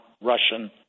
Russian